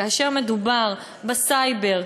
כאשר מדובר בסייבר,